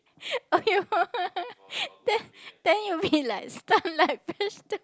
then then you be like stunned like vegetable